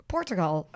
Portugal